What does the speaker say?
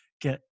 get